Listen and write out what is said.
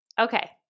Okay